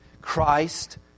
Christ